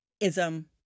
ism